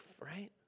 right